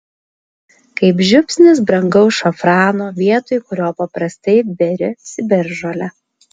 kaip žiupsnis brangaus šafrano vietoj kurio paprastai beri ciberžolę